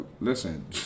listen